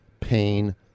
pain